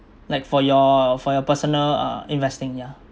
like for your for your personal uh investing yeah